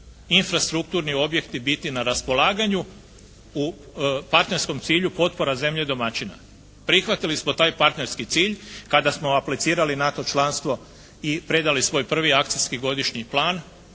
infrastrukturni objekti biti na raspolaganju u partnerskom cilju potpora zemlje domaćina. Prihvatili smo taj partnerski cilj kada smo aplicirali NATO članstvo i predali svoj prvi akcijski godišnji plan